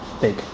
big